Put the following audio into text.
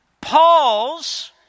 Paul's